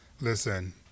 listen